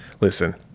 listen